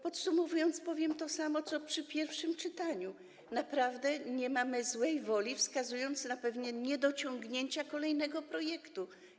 Podsumowując, powiem to samo, co przy pierwszym czytaniu: naprawdę nie mamy złej woli, wskazując na pewne niedociągnięcia kolejnego projektu.